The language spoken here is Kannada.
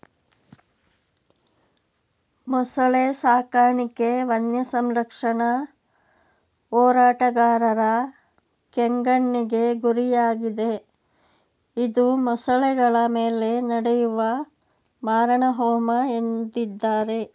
ಮೊಸಳೆ ಸಾಕಾಣಿಕೆ ವನ್ಯಸಂರಕ್ಷಣಾ ಹೋರಾಟಗಾರರ ಕೆಂಗಣ್ಣಿಗೆ ಗುರಿಯಾಗಿದೆ ಇದು ಮೊಸಳೆಗಳ ಮೇಲೆ ನಡೆಯುವ ಮಾರಣಹೋಮ ಎಂದಿದ್ದಾರೆ